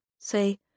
Say